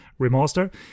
remaster